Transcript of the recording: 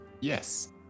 Yes